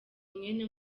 mwene